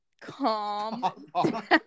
calm